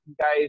guys